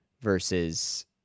versus